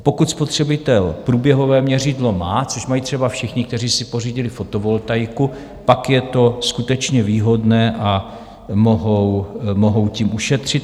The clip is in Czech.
Pokud spotřebitel průběhové měřidlo má což mají třeba všichni, kteří si pořídili fotovoltaiku pak je to skutečně výhodné a mohou tím ušetřit.